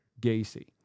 Gacy